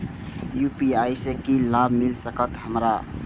UPI से की लाभ मिल सकत हमरा?